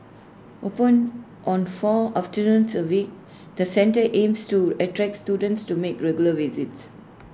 open on four afternoons A week the centre aims to attract students to make regular visits